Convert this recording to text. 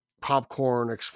popcorn